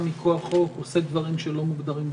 מכוח חוק עושה דברים שלא מוגדרים בחוק.